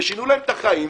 ושינו להם את החיים,